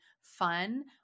fun